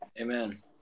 Amen